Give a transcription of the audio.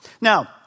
Now